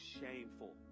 shameful